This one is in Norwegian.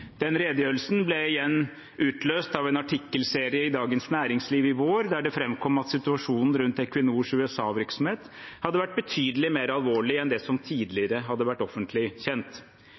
Den redegjørelsen ble igjen utløst av en artikkelserie i Dagens Næringsliv i vår der det framkom at situasjonen rundt Equinors USA-virksomhet hadde vært betydelig mer alvorlig enn det som tidligere hadde vært offentlig kjent.